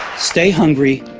stay hungry,